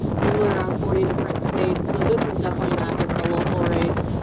usually around forty different states. so this is definitely not just a local race.